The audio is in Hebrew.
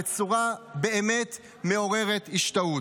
באמת בצורה מעוררת השתאות.